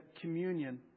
communion